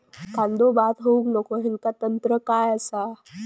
कांदो बाद होऊक नको ह्याका तंत्र काय असा?